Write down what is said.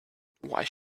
why